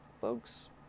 Folks